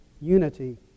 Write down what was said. unity